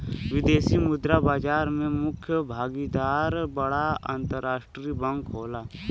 विदेशी मुद्रा बाजार में मुख्य भागीदार बड़ा अंतरराष्ट्रीय बैंक होला